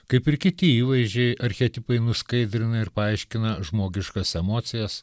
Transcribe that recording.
kaip ir kiti įvaizdžiai archetipai nuskaidrina ir paaiškina žmogiškas emocijas